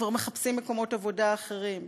וכבר מחפשים מקומות עבודה אחרים.